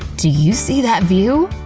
do you see that view?